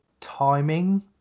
timing